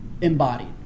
embodied